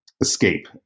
escape